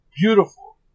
beautiful